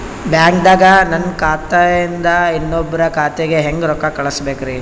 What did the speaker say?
ಬ್ಯಾಂಕ್ದಾಗ ನನ್ ಖಾತೆ ಇಂದ ಇನ್ನೊಬ್ರ ಖಾತೆಗೆ ಹೆಂಗ್ ರೊಕ್ಕ ಕಳಸಬೇಕ್ರಿ?